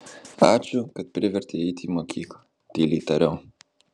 ačiū kad privertei eiti į mokyklą tyliai tariau